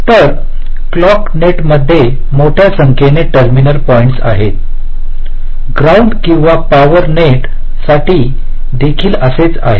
तर clock net मध्ये मोठ्या संख्येने टर्मिनल पॉईंट्स आहेत ग्राउंड किंवा पॉवर नेटसाठी देखील असेच आहे